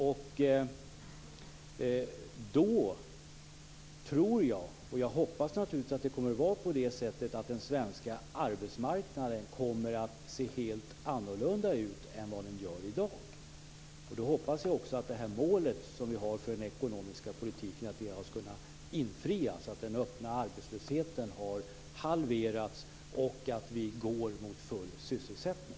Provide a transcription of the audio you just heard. Jag tror - och jag hoppas naturligtvis att det kommer att vara på det sättet - att den svenska arbetsmarknaden då kommer att se helt annorlunda ut än vad den gör i dag. Jag hoppas också att målet för den ekonomiska politiken då har kunnat infrias, att den öppna arbetslösheten har halverats och att vi går mot full sysselsättning.